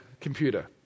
computer